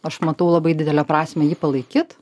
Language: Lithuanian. aš matau labai didelę prasmę jį palaikyt